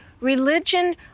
Religion